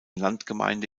landgemeinde